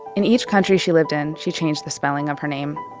in each country she lived in, she changed the spelling of her name.